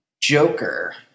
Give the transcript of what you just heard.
Joker